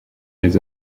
mais